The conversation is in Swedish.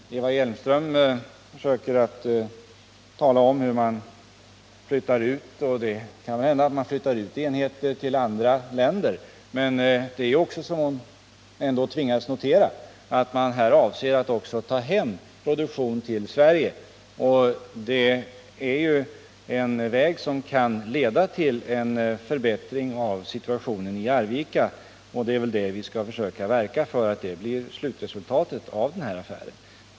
Eva Hjelmström försöker tala om hur man flyttar ut, och det kan hända att man flyttar ut enheter till andra länder. Men man avser också, som hon ändå tvingades notera, att ta hem produktion till Sverige. Det är ju en väg som kan leda till en förbättring av situationen i Arvika, och vi skall försöka verka för att det blir slutresultatet av denna affär.